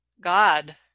God